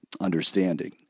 understanding